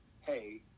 hey